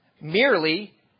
merely